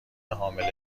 حامله